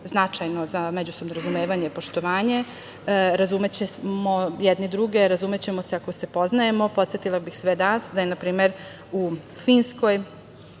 značajno za međusobno razumevanje, poštovanje. Razumećemo jedni druge, razumećemo se ako se poznajemo. Podsetila bih sve nas da je, na primer, u osnovnim